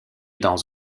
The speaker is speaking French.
dans